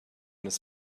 his